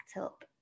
up